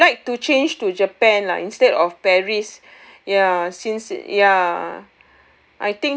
I would like to change to japan lah instead of paris ya since it's ya